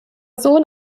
sohn